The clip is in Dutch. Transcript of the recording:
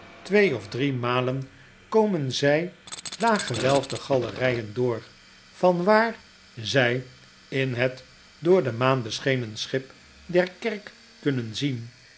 twee of drie malen komen zij laaggewelfde galeryen door vanwaar zfl in het door de maan beschenen schip der kerk kunnen zien